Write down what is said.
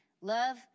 Love